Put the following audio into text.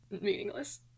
meaningless